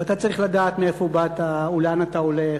ואתה צריך לדעת מאיפה באת ולאן אתה הולך,